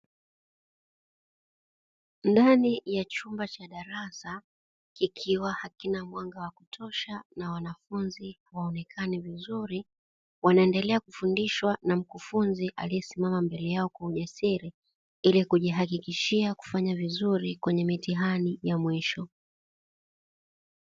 Ndani ya chumba cha darasa kikiwa hakina mwanga wa kutosha na wanafunzi hawaonekani vizuri wanaendelea kufundishwa na mkufunzi aliye simama mbele yao kwa ujasiri ili kujihakikishia kufanya vizuri kwenye miitihani ya mwisho.